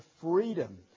freedom